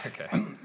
Okay